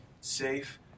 safe